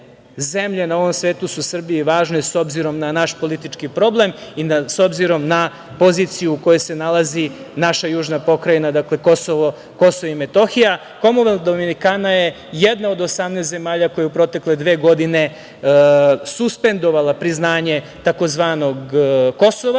na ovom svetu su Srbiji važne s obzirom na naš politički problem i s obzirom na poziciju u kojoj se nalazi naša južna pokrajina, dakle Kosovo i Metohija. Komonvelt Dominikana je jedna od 18 zemalja koja je u protekle dve godine suspendovala priznanje tzv. „Kosova“